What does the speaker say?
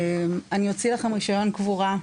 אני אוציא לכן רישיון קבורה,